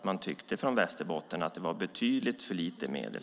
Man tyckte från Västerbottens sida att det var alldeles för lite medel.